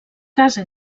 casa